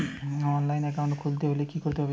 অনলাইনে একাউন্ট খুলতে হলে কি করতে হবে?